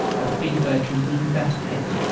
a fever can bring that head,